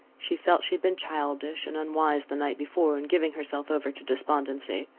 she felt she had been childish and unwise the night before in giving herself over to despondency.